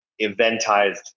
eventized